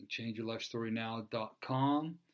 changeyourlifestorynow.com